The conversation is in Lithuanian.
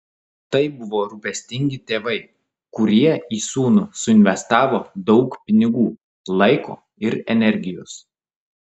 tai buvo rūpestingi tėvai kurie į sūnų suinvestavo daug pinigų laiko ir energijos